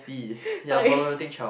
like